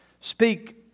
speak